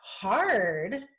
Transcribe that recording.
hard